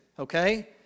Okay